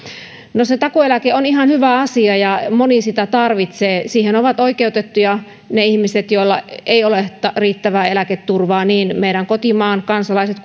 no se takuueläke on ihan hyvä asia ja moni sitä tarvitsee siihen ovat oikeutettuja ne ihmiset joilla ei ole riittävää eläketurvaa niin meidän kotimaamme kansalaiset